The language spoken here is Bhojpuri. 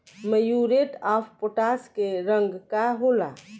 म्यूरेट ऑफ पोटाश के रंग का होला?